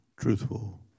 truthful